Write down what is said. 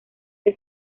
que